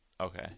Okay